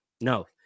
No